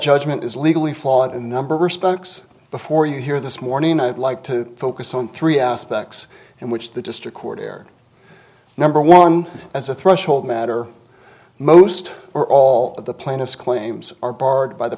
judgment is legally fought in the respects before you here this morning i'd like to focus on three aspects in which the district court err number one as a threshold matter most or all of the plaintiffs claims are barred by the